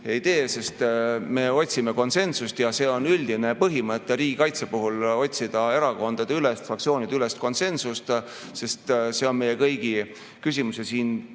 ei tee? Sest me otsime konsensust, ja see on üldine põhimõte riigikaitse puhul, et tuleb otsida erakondadeülest, fraktsioonideülest konsensust, sest see on meie kõigi küsimus. Ja siin